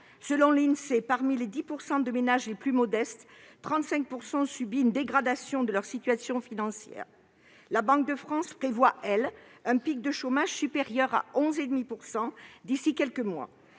Selon l'Insee, parmi les 10 % de ménages les plus modestes, 35 % ont subi une dégradation de leur situation financière. La Banque de France prévoit, elle, un pic du chômage supérieur à 11,5 % d'ici à quelques mois.